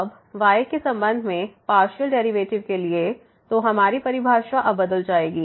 अब y के संबंध में पार्शियल डेरिवेटिव के लिए तो हमारी परिभाषा अब बदल जाएगी